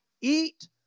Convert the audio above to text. eat